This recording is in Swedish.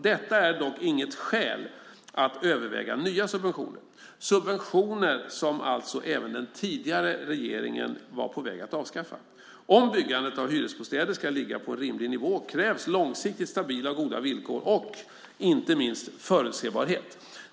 Detta är dock inget skäl att överväga nya subventioner, subventioner som alltså även den tidigare regeringen var på väg att avskaffa. Om byggandet av hyresbostäder ska ligga på en rimlig nivå krävs långsiktigt stabila och goda villkor och, inte minst, förutsebarhet.